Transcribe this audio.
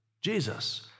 Jesus